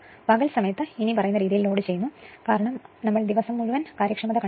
പകൽ സമയത്ത് ഇത് ഇനിപ്പറയുന്ന രീതിയിൽ ലോഡുചെയ്യുന്നു കാരണം ഞങ്ങൾ ദിവസം മുഴുവൻ കാര്യക്ഷമത കണ്ടെത്തി